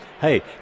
Hey